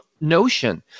notion